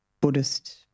Buddhist